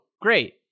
great